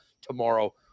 tomorrow